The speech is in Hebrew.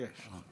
יש.